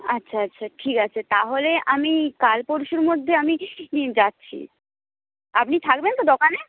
আচ্ছা আচ্ছা ঠিক আছে তাহলে আমি কাল পরশুর মধ্যে আমি ই যাচ্ছি আপনি থাকবেন তো দোকানে